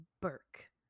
Burke